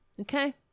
Okay